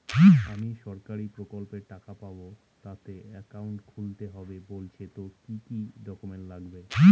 আমি সরকারি প্রকল্পের টাকা পাবো তাতে একাউন্ট খুলতে হবে বলছে তো কি কী ডকুমেন্ট লাগবে?